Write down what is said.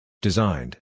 Designed